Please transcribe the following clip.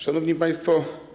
Szanowni Państwo!